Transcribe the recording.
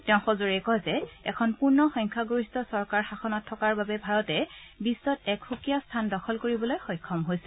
তেওঁ কয় যে এখন পূৰ্ণ সংখ্যাগৰিষ্ঠ চৰকাৰ শাসনত থকাৰ বাবে ভাৰতে বিশ্বত এক সুকীয়া স্থান দখল কৰিবলৈ সক্ষম হৈছে